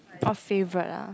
orh favourite ah